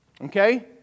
Okay